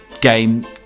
game